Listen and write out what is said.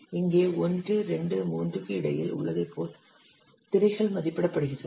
இங்கே 1 2 3 க்கு இடையில் உள்ளதைப் போல திரைகள் மதிப்பிடப்படுகிறது